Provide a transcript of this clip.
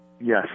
Yes